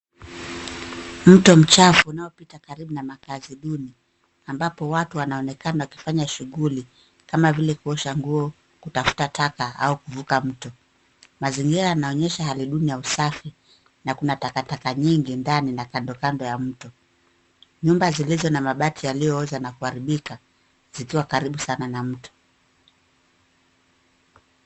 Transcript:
Mto mchafu unaopita karibu na makazi duni ambapo watu wanaonekana wakifanya shughuli kama vile kuosha nguo ,kutafuta taka au kuvuka mto. Mazingira yanaonyesha hali duni ya usafi na kuna takataka nyingi ndani na kando kando ya mto. Nyumba zilizo na mabati yaliyooza na kuharibika zikiwa karibu sana na mto.